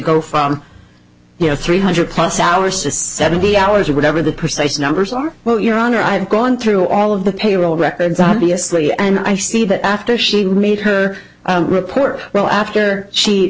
go from you know three hundred plus hours to seventy hours or whatever the persuasive numbers are well your honor i've gone through all of the payroll records obviously and i see that after she read her report well after she